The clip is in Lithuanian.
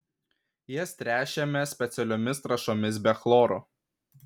jas tręšiame specialiomis trąšomis be chloro